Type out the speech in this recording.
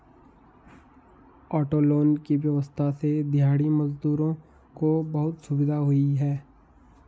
auto loan की व्यवस्था से दिहाड़ी मजदूरों को बहुत सुविधा हुई है